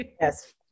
Yes